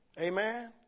Amen